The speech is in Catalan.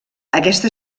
aquesta